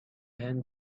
hand